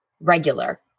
regular